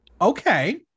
Okay